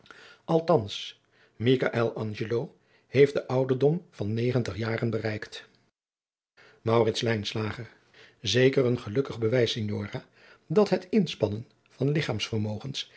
heeft den ouderdom van negentig jaren bereikt maurits lijnslager zeker een gelukkig bewijs signora dat het inspannen van